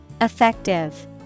Effective